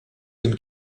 tym